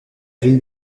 ville